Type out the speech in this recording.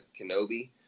Kenobi